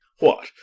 what,